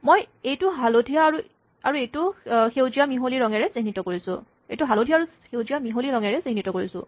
মই এইটো হালধীয়া আৰু সেউজীয়াৰ মিহলি ৰঙেৰে চিহ্নিত কৰিছোঁ